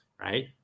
right